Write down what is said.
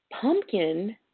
pumpkin